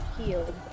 Healed